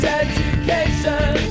education